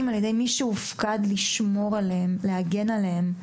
על ידי מי שהופקד לשמור עליהם ולהגן עליהם.